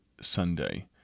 Sunday